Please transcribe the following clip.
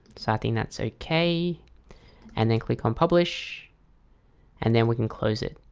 so i think that's okay and then click on publish and then we can close it.